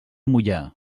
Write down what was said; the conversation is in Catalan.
moià